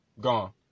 gone